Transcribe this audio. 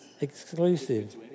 exclusive